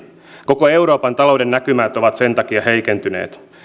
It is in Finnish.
koko euroopan talouden näkymät ovat sen takia heikentyneet